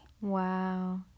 wow